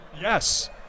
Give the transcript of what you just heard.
Yes